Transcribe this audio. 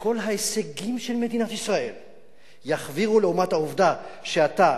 שכל ההישגים של מדינת ישראל יחווירו לעומת העובדה שאתה,